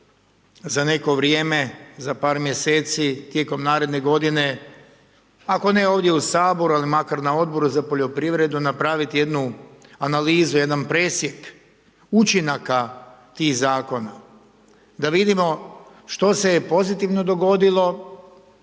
za neko vrijeme, za par mjeseci, tijekom naredne godine, ako ne ovdje u Saboru ali makar na Odboru za poljoprivredu napraviti jednu analizu, jedan presjek učinaka tih zakona da vidimo što se je pozitivno dogodilo,